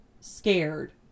scared